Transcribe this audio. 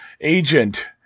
agent